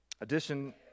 addition